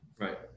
Right